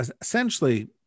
essentially